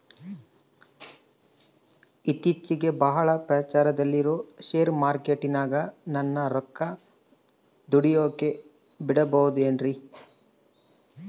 ಇತ್ತೇಚಿಗೆ ಬಹಳ ಪ್ರಚಾರದಲ್ಲಿರೋ ಶೇರ್ ಮಾರ್ಕೇಟಿನಾಗ ನನ್ನ ರೊಕ್ಕ ದುಡಿಯೋಕೆ ಬಿಡುಬಹುದೇನ್ರಿ?